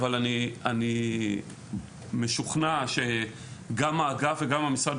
אבל אני משוכנע שגם האגף וגם המשרד,